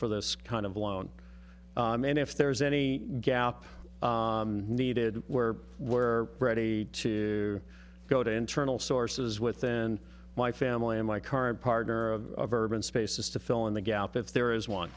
for this kind of loan and if there is any gap needed where were ready to go to internal sources within my family and my current partner of urban spaces to fill in the gap if there is